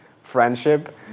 friendship